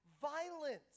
Violence